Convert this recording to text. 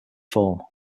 form